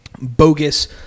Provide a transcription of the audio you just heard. bogus